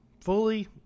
Fully